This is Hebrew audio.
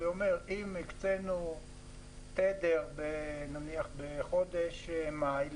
זה אומר שאם הקצנו תדר בחודש מאי,